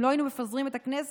אם לא היינו מפזרים את הכנסת,